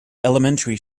elementary